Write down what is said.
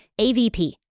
AVP